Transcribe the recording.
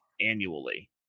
annually